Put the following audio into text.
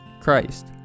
Christ